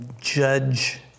judge